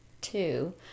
two